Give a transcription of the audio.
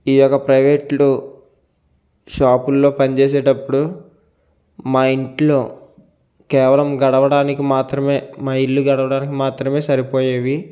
ఈ యొక్క ప్రైవేట్లు షాపుల్లో పనిచేసేటప్పుడు మా ఇంట్లో కేవలం గడవడానికి మాత్రమే మా ఇల్లు గడవడానికి మాత్రమే సరిపోయేవి